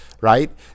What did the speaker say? right